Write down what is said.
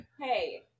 Hey